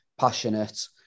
passionate